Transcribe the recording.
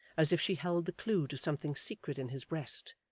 as if she held the clue to something secret in his breast,